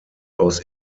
aus